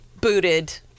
booted